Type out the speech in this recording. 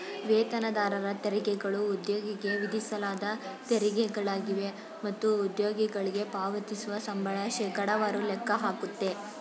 ವೇತನದಾರರ ತೆರಿಗೆಗಳು ಉದ್ಯೋಗಿಗೆ ವಿಧಿಸಲಾದ ತೆರಿಗೆಗಳಾಗಿವೆ ಮತ್ತು ಉದ್ಯೋಗಿಗಳ್ಗೆ ಪಾವತಿಸುವ ಸಂಬಳ ಶೇಕಡವಾರು ಲೆಕ್ಕ ಹಾಕುತ್ತೆ